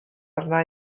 arna